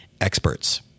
experts